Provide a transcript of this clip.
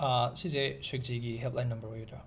ꯁꯤꯁꯦ ꯁ꯭ꯋꯤꯠꯖꯤꯒꯤ helpline number ꯑꯣꯏꯒꯗ꯭ꯔꯥ